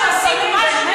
מה אכפת, מה עשית?